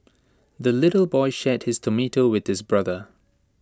the little boy shared his tomato with his brother